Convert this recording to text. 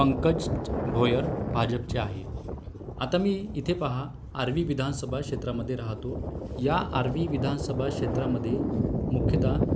पंकज भोयर भाजपचे आहे आता मी इथे पहा आर्वी विधानसभा क्षेत्रामध्ये राहतो या आर्वी विधानसभा क्षेत्रामध्ये मुख्यतः